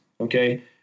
okay